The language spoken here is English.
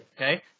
Okay